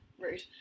Rude